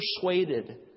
persuaded